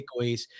takeaways